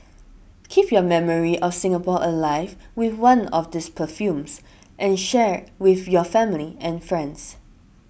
keep your memory of Singapore alive with one of these perfumes and share with your family and friends